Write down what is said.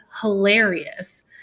hilarious